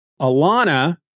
Alana